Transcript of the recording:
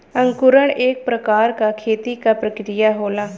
अंकुरण एक प्रकार क खेती क प्रक्रिया होला